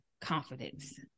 confidence